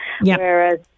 Whereas